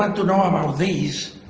um to know about these